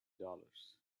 dollars